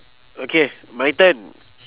okay my turn